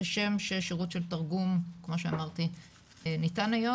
כשם שיש שירות של תרגום כמו שאמרתי ניתן היום,